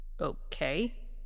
Okay